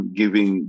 giving